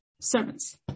servants